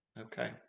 Okay